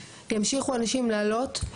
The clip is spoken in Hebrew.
ימשיכו אנשים לעלות,